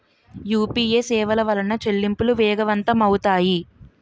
UPA సేవల వలన చెల్లింపులు వేగవంతం అవుతాయి